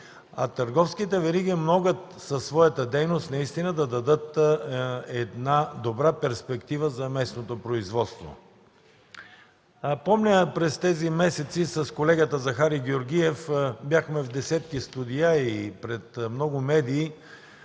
а търговските вериги могат със своята дейност наистина да дадат добра перспектива за местното производство. Помня, че през тези месеци с колегата Захари Георгиев бяхме в десетки студия, пред много медии.